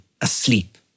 asleep